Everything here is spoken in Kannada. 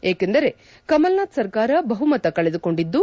ಏಕೆಂದರೆ ಕಮಲ್ನಾಥ್ ಸರ್ಕಾರ ಬಹುಮತ ಕಳೆದುಕೊಂಡಿದ್ದು